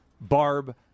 Barb